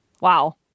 wow